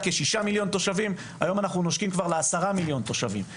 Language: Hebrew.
כ-6,000,000 תושבים והיום אנחנו נושקים ל-10,000,000 תושבים.